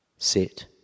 Sit